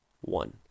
one